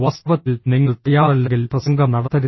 വാസ്തവത്തിൽ നിങ്ങൾ തയ്യാറല്ലെങ്കിൽ പ്രസംഗം നടത്തരുത്